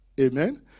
Amen